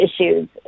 issues